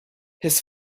his